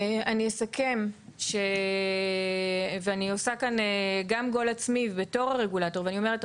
אני עושה כאן גם גול עצמי בתור הרגולטור ואני אומרת,